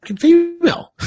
female